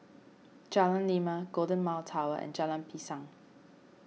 Jalan Lima Golden Mile Tower Jalan Pisang